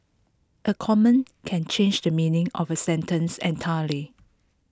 A common can change the meaning of A sentence entirely